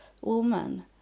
woman